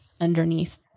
underneath